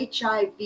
HIV